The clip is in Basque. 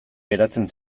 geratzen